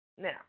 Now